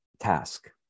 task